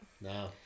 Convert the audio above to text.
No